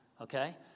Okay